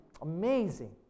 amazing